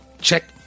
check